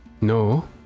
No